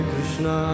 Krishna